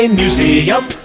museum